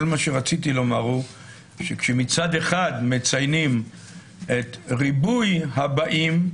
כל מה שרציתי לומר הוא שכאשר מצד אחד מציינים את ריבוי הבאים,